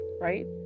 right